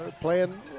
Playing